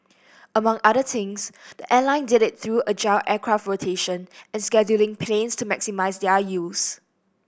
among other things the airline did it through agile aircraft rotation and scheduling planes to maximise their use